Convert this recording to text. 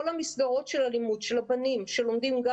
כל מסגרות הלימוד של הבנים שלומדים גם